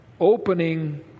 opening